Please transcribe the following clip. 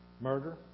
murder